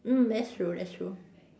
mm that's true that's true